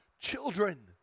children